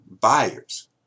buyers